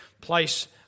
place